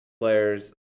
players